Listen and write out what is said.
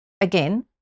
again